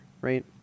Right